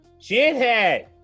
Shithead